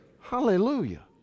Hallelujah